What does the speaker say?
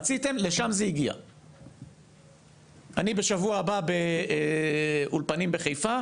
רציתם להביא את זה לשם, אני אומר את זה לאוצר,